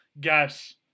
guess